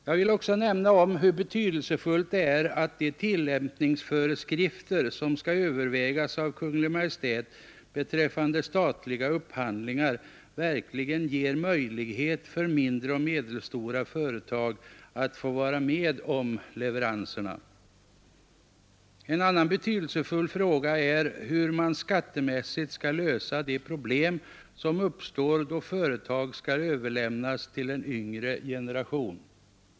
Jag vill också nämna hur betydelsefullt det är att de tillämpningsföreskrifter beträffande statliga upphandlingar, som skall övervägas av Kungl. Maj:t, verkligen ger möjlighet för mindre och medelstora företag att vara med om leveranserna. En annan betydelsefull fråga är hur man skattemässigt skall lösa de problem som uppstår då företag skall överlämnas till en yngre generation.